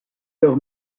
leur